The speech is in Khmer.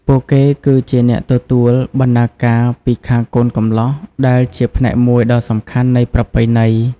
ពួកគេគឺជាអ្នកទទួល បណ្ដាការ ពីខាងកូនកំលោះ ដែលជាផ្នែកមួយដ៏សំខាន់នៃប្រពៃណី។